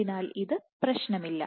അതിനാൽ ഇത് പ്രശ്നമല്ല